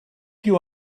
you